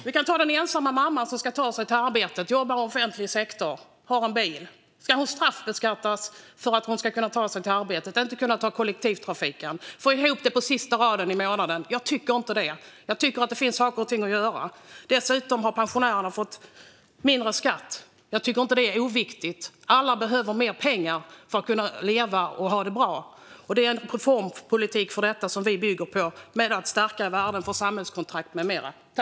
Vi kan ta den ensamma mamman som ska ta sig till arbetet som exempel. Hon jobbar i offentlig sektor och har en bil. Ska hon straffbeskattas för att hon behöver kunna ta sig till arbetet och inte kan ta kollektivtrafiken och få ihop det på sista raden i månaden? Jag tycker inte det. Jag tycker att det finns saker och ting att göra. Dessutom har pensionärerna fått lägre skatt. Jag tycker inte att det är oviktigt. Alla behöver mer pengar för att kunna leva och ha det bra. Det är en reformpolitik för detta som vi bygger på med allt starkare värden för samhällskontrakt med mera.